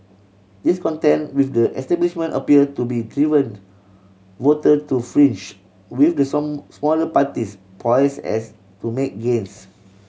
discontent with the establishment appear to be driven voter to with the some smaller parties poise as to make gains